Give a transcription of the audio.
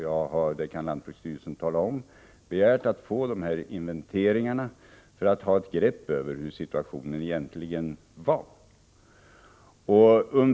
Jag har — vilket lantbruksstyrelsen kan intyga — begärt att det skall göras inventeringar för att vi skall få ett grepp om hur situationen egentligen är.